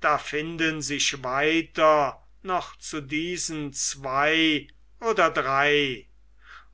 da finden sich weiter noch zu diesen zwei oder drei